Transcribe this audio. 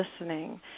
listening